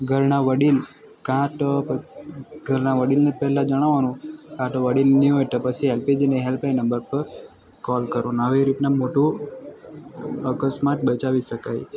ઘરના વડીલ ક્યાં તો ઘરના પહેલા જણાવવાનું કે તો વડીલ નહીં હોય તો પછી એલપીજીની હેલ્પલાઇન નંબર પર કોલ કરવાનો આવી રીતના મોટો અકસ્માત બચાવી શકાય